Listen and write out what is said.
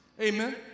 Amen